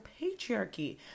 patriarchy